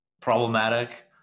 problematic